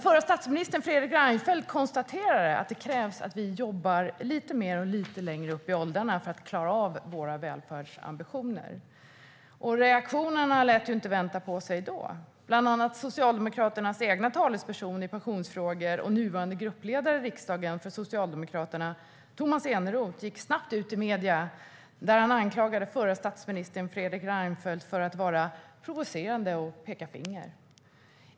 Förra statsministern Fredrik Reinfeldt konstaterade att det krävs att vi jobbar lite mer och lite längre upp i åldrarna för att klara av våra välfärdsambitioner. Reaktionerna då lät inte vänta på sig. Bland andra Socialdemokraternas egen talesperson i pensionsfrågor och nuvarande gruppledare i riksdagen för Socialdemokraterna, Tomas Eneroth, gick snabbt ut i medierna och anklagade förra statministern Fredrik Reinfeldt för att vara provocerande och peka finger.